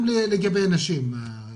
גם לגבי הנשים,